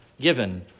given